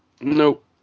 Nope